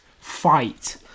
fight